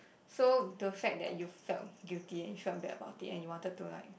so the fact that you felt guilty and you felt bad about it and you wanted to like